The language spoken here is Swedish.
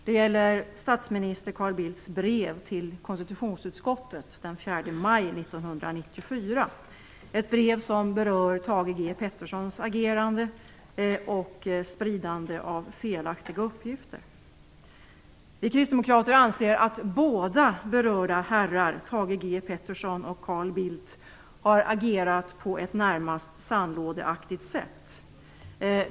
Det gäller statsminister Carl Bildts brev till konstitutionsutskottet den 4 maj 1994, ett brev som berör Thage G Petersons agerande och spridande av felaktiga uppgifter. Vi kristdemokrater anser att båda berörda herrar, Thage G Peterson och Carl Bildt, har agerat på ett närmast sandlådeaktigt sätt.